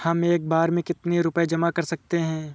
हम एक बार में कितनी पैसे जमा कर सकते हैं?